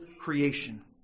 creation